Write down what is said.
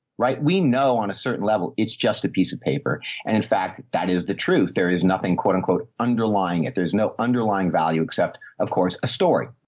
right? we know on a certain level, it's just a piece of paper. and in fact, that is the truth. there is nothing quote, unquote underlying if there's no underlying value, except of course a story,